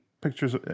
pictures